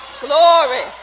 Glory